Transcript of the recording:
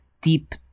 deep